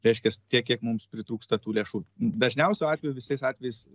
reiškias tiek kiek mums pritrūksta tų lėšų dažniausiu atveju visais atvejais